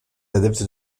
adepte